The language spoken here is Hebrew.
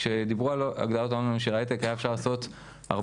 כשדיברו על הגדלת ההון האנושי של ההייטק אפשר היה לעשות